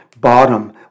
bottom